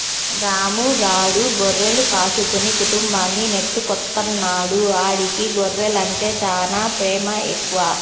రాము గాడు గొర్రెలు కాసుకుని కుటుంబాన్ని నెట్టుకొత్తన్నాడు, ఆడికి గొర్రెలంటే చానా పేమెక్కువ